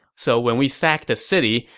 so when we sack the city,